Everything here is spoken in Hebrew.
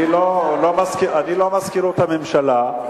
אני לא מזכירות הממשלה.